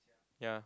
ya